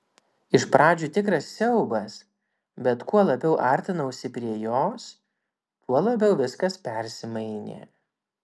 iš pradžių tikras siaubas bet kuo labiau artinausi prie jos tuo labiau viskas persimainė